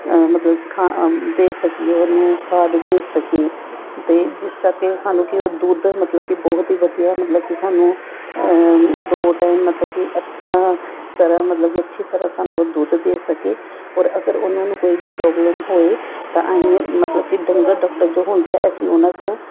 ਮਤਲਬ ਕਿ ਖਾ ਦੇ ਸਕੀਏ ਉਹਨੂੰ ਖਾਦ ਦੇ ਸਕੀਏ ਅਤੇ ਜਿਸ ਕਰਕੇ ਉਹ ਸਾਨੂੰ ਕਿ ਉਹ ਦੁੱਧ ਮਤਲਬ ਕਿ ਬਹੁਤ ਹੀ ਵਧੀਆ ਮਤਲਬ ਕਿ ਸਾਨੂੰ ਦੋ ਟਾਈਮ ਮਤਲਬ ਕਿ ਅੱਛਾ ਤਰ੍ਹਾਂ ਮਤਲਬ ਅੱਛੀ ਤਰ੍ਹਾਂ ਸਾਨੂੰ ਉਹ ਦੁੱਧ ਦੇ ਸਕੇ ਔਰ ਅਗਰ ਉਹਨਾਂ ਨੂੰ ਕੋਈ ਵੀ ਪ੍ਰੋਬਲਮ ਹੋਵੇ ਤਾਂ ਅਸੀਂ ਮਤਲਬ ਡੰਗਰ ਡਾਕਟਰ ਜੋ ਹੁੰਦੇ ਆ ਅਸੀਂ ਉਹਨਾਂ ਤੋਂ